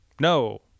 No